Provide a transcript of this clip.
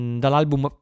dall'album